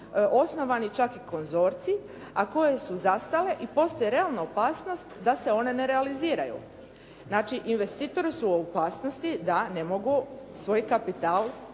osnovan je čak i konzorcij, a koje su zastale i postoji realna opasnost da se one ne realiziraju. Znači investitori su u opasnosti da ne mogu svoj uloženi